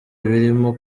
ibirimo